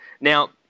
Now